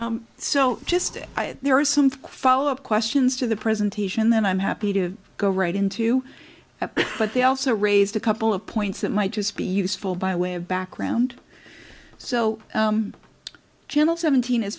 had there are some follow up questions to the presentation then i'm happy to go right into that but they also raised a couple of points that might just be useful by way of background so gentle seventeen is